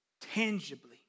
tangibly